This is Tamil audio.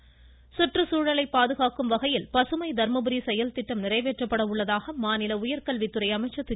அன்பழகன் வாய்ஸ் சுற்றுச்சூழலை பாதுகாக்கும் வகையில் பசுமை தர்மபுரி செயல்திட்டம் நிறைவேற்றப்பட உள்ளதாக மாநில உயர்கல்வித்துறை அமைச்சர் திரு